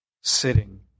sitting